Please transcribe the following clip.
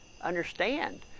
understand